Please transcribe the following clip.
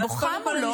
חלק מכם הכרתם אותו,